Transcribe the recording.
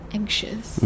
anxious